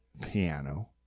piano